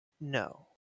No